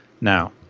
Now